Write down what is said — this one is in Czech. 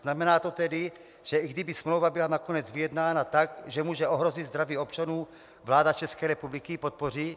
Znamená to tedy, že i kdyby smlouva byla nakonec vyjednána tak, že může ohrozit zdraví občanů, vláda České republiky ji podpoří?